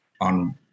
on